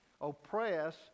oppress